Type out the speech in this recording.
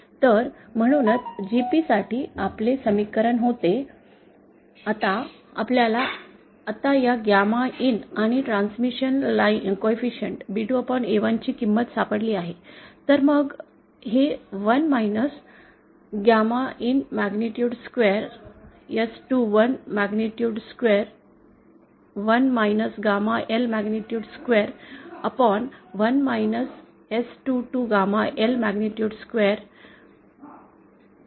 तर म्हणूनच GP साठी आपले समीकरण होते आता आपल्याला आत्ता या गॅमा इन आणि ट्रान्समिशन कॉइफिसिन्ट B2A1 ची किंमत सापडली आहे तर मग हे 1 gamma in magnitude square magnitude square 1 gamma L magnitude square 1 S22 gamma L magnitude square च्या समान होईल